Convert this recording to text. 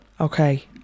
okay